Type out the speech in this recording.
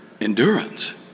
endurance